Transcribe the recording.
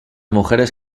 mujeres